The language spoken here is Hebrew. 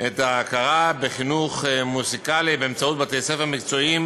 את ההכרה בחינוך מוזיקלי באמצעות בתי-ספר מקצועיים